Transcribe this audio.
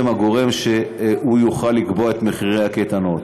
הגורם שיוכל לקבוע את מחירי הקייטנות.